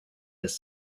his